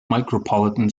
micropolitan